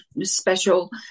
special